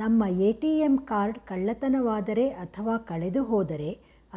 ನಮ್ಮ ATM card ಕಳ್ಳತನವಾದರೆ ಅಥವಾ ಕಳೆದುಹೋದರೆ